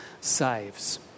saves